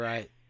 Right